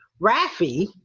Rafi